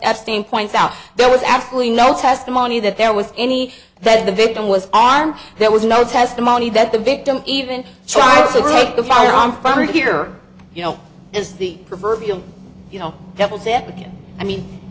epstein points out there was absolutely no testimony that there was any that the victim was armed there was no testimony that the victim even tried to break the firearm from here you know is the proverbial you know devil's advocate i mean